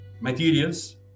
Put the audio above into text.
materials